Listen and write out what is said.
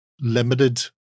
limited